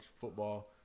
football